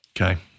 Okay